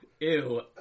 Ew